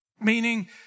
meaning